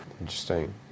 Interesting